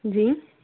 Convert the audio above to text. जी